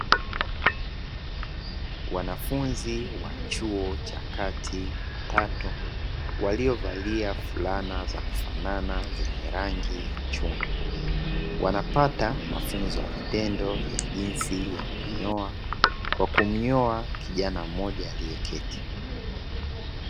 Wanafunzi wa chuo cha kati watatu waliovalia fulana za kufanana zenye rangi ya chungwa, wanapata mafunzo ya vitendo ya jinsi ya kunyoa. Kwa kumnyoa kijana mmoja aliyeketi.